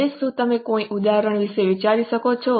હવે શું તમે કોઈ ઉદાહરણો વિશે વિચારી શકો છો